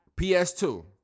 PS2